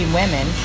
women